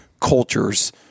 cultures